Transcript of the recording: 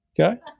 Okay